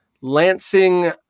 Lansing